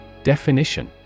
Definition